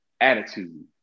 attitude